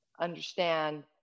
understand